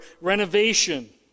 renovation